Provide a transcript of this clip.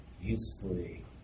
usefully